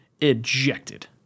ejected